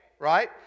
right